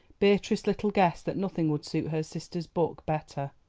beatrice little guessed that nothing would suit her sister's book better.